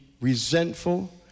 resentful